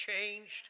changed